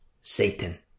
Satan